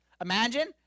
Imagine